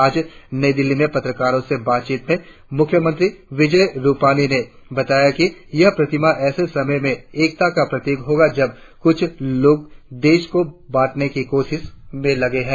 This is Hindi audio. आज नई दिल्ली में पत्रकारो से बातचीत में मुख्यमंत्री विजय रुपाणी ने बताया कि यह प्रतिमा ऐसे समय में एकता का प्रतीक होगी जब कुछ लोग देश को बांटने की कोषिण में लगे है